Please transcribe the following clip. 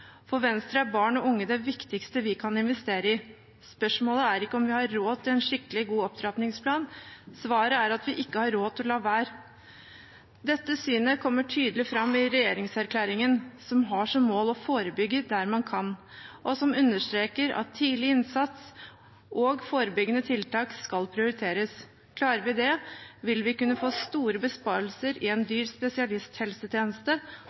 For Venstre er barn og unge det viktigste vi kan investere i. Spørsmålet er ikke om vi har råd til en skikkelig og god opptrappingsplan – svaret er at vi ikke har råd til å la være. Dette synet kommer tydelig fram i regjeringserklæringen, som har som mål å forebygge der man kan, og som understreker at tidlig innsats og forebyggende tiltak skal prioriteres. Klarer vi det, vil vi kunne få store besparelser i en